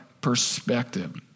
perspective